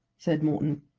said morton.